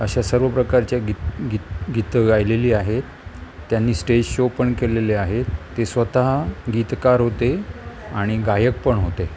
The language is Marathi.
अशा सर्व प्रकारच्या गीत गीत गीत गायलेली आहेत त्यांनी स्टेज शो पण केलेले आहेत ते स्वतः गीतकार होते आणि गायक पण होते